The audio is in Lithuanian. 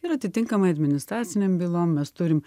ir atitinkamai administracinėm bylom mes turim